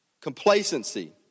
Complacency